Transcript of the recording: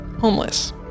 homeless